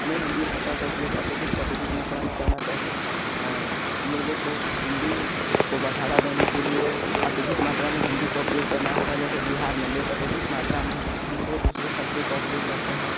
हमें हिंदी भाषा का उपयोग अत्यधिक से अधिक मात्रा में करना चाहिए और लोगों को हिंदी को बढ़ावा देने के लिए अत्यधिक मात्रा में हिंदी का उपयोग करना होगा जैसे बिहार में लोग अत्यधिक मात्रा में दूसरे दूसरे शब्दों का उपयोग करते हैं